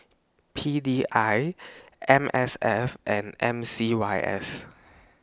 P D I M S F and M C Y S